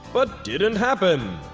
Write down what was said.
but didn't happen.